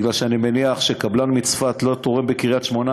כי אני מניח שקבלן מצפת לא תורם בקריית-שמונה